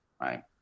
right